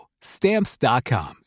Stamps.com